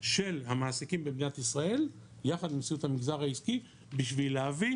של המעסיקים במדינת ישראל יחד עם נשיאות המגזר העסקי בשביל להביא